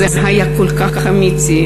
זה היה כל כך אמיתי,